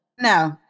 No